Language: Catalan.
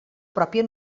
pròpia